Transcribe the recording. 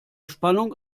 spannung